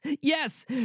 yes